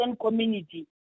community